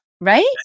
Right